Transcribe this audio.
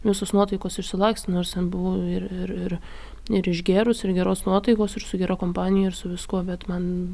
visos nuotaikos išsilakstė nors ten buvau ir ir ir ir išgėrus ir geros nuotaikos ir su gera kompanija ir su viskuo bet man